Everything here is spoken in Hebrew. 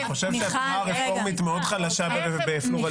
מיכל --- אני חושב שהתנועה הרפורמית מאוד חלשה בפלורליזם.